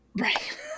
Right